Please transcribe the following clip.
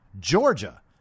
Georgia